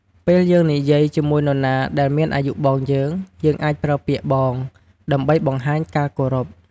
ពេលយើងនិយាយជាមួយនរណាដែលមានអាយុបងយើង យើងអាចប្រើពាក្យ "បង" ដើម្បីបង្ហាញការគោរព។